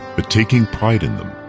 but taking pride in them,